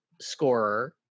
scorer